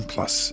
Plus